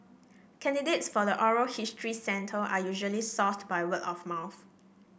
candidates for the oral history centre are usually sourced by word of mouth